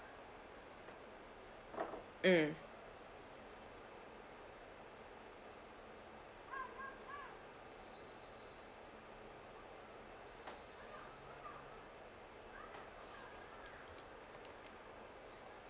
mm